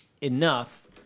enough